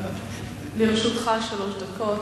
לרשותך שלוש דקות.